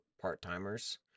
part-timers